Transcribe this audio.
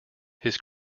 his